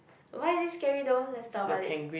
why is it scary though let's talk about it